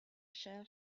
shell